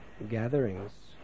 gatherings